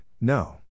no